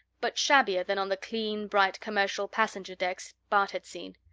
but shabbier than on the clean, bright, commercial passenger decks bart had seen.